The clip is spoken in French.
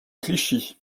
clichy